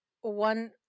one